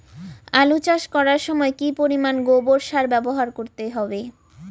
আলু চাষ করার সময় কি পরিমাণ গোবর সার ব্যবহার করতে হবে?